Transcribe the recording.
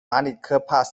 马里科帕